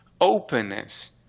Openness